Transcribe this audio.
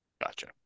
Gotcha